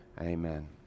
Amen